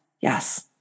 Yes